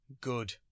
good